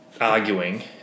arguing